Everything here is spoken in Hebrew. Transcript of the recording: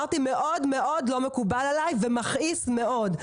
זה מאוד לא מקובל עליי ומכעיס מאוד.